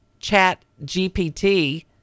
ChatGPT